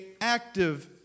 active